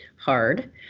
hard